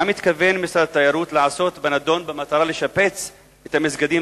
מה מתכוון משרד התיירות לעשות בנדון במטרה לשפץ את המסגדים